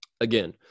again